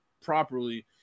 properly